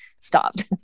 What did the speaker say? stopped